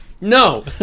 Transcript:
No